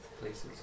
places